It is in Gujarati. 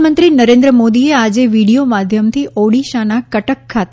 પ્રધાનમંત્રી નરેન્દ્ર મોદીએ આજે વિડિયો માધ્યમથી ઓડિશાના કટક ખાતે